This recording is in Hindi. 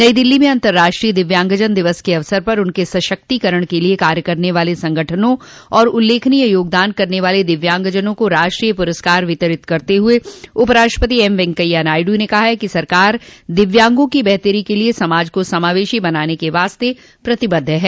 नई दिल्ली में अंतर्राष्ट्रीय दिव्यांगजन दिवस के अवसर पर उनके सशक्तिकरण के लिए कार्य करने वाले संगठनों और उल्लेखनीय योगदान करने वाले दिव्यांगजनों को राष्ट्रीय पुरस्कार वितरित करते हुए उप राष्ट्रपति एम वेंकैया नायडू ने कहा है कि सरकार दिव्यांगों की बेहतरी के लिए समाज को समावेशी बनाने के वास्ते प्रतिबद्ध है